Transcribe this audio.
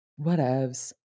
Whatevs